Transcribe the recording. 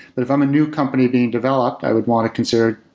but if i'm a new company being developed, i would want to consider,